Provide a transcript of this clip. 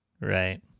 right